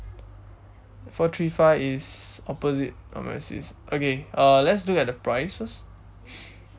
four three five is opposite of my sis okay uh let's look at the price first